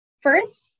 First